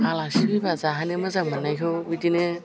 आलासि फैबा जाहोनो मोजां मोननायखौ बिदिनो